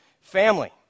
family